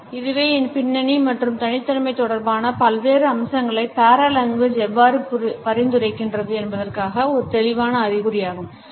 தொடங்கு தொடங்கு இதுவே நம் பின்னணி மற்றும் தனித்தன்மை தொடர்பான பல்வேறு அம்சங்களை paralanguage எவ்வாறு பரிந்துரைக்கின்றது என்பதற்கான ஒரு தெளிவான அறிகுறியாகும்